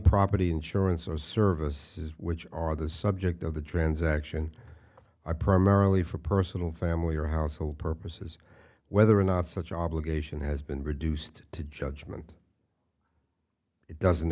property insurance or service is which are the subject of the transaction are primarily for personal family or household purposes whether or not such obligation has been reduced to judgment it doesn't